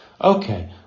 Okay